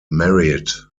married